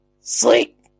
sleep